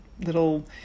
little